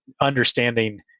understanding